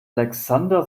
alexander